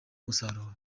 umusaruro